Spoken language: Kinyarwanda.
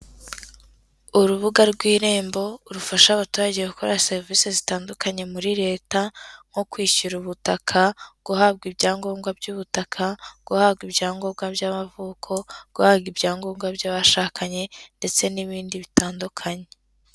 Urubuga rw'Irembo rufasha abaturage gukora serivisi zitandukanye muri Leta, nko kwishyura ubutaka, guhabwa ibyangombwa by'ubutaka, guhabwa ibyangombwa by'amavuko, guhabwa ibyangombwa by'abashakanye ndetse n'ibindi bitandukanye.